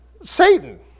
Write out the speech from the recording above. Satan